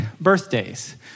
birthdays